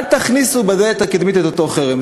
אל תכניסו בדלת הקדמית את אותו חרם.